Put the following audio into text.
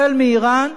החל באירן,